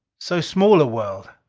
so small a world!